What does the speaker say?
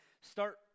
Start